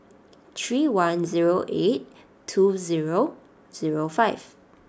three one zero eight two zero zero five